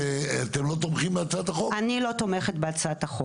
מה שהטריד אותנו זה שהדרכון הראשון יונפק רק בשהות של שנה קבועה